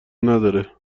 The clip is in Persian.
نداره